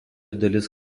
dalis